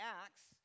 acts